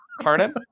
Pardon